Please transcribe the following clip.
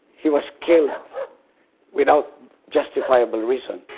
he was killed without justifiable reason,